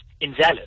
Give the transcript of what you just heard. invalid